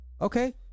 okay